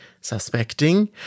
suspecting